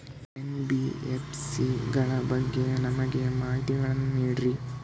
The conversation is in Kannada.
ಎನ್.ಬಿ.ಎಫ್.ಸಿ ಗಳ ಬಗ್ಗೆ ನಮಗೆ ಮಾಹಿತಿಗಳನ್ನ ನೀಡ್ರಿ?